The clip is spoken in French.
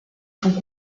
font